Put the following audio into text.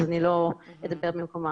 אז אני לא אדבר במקומם.